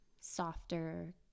softer